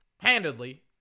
Handedly